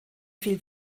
viel